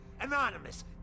Anonymous